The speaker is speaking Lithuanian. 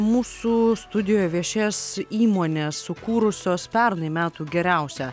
mūsų studijoje viešėjęs įmonės sukūrusios pernai metų geriausią